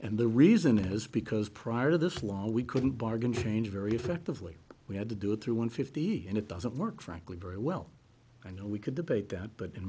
and the reason is because prior to this law we couldn't bargain for change very effectively we had to do it through one fifty and it doesn't work frankly very well i know we could debate that but in